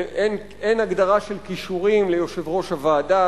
אין הגדרה של כישורים ליושב-ראש הוועדה,